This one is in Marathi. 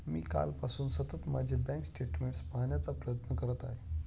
मी कालपासून सतत माझे बँक स्टेटमेंट्स पाहण्याचा प्रयत्न करत आहे